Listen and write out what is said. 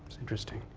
interesting.